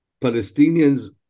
Palestinians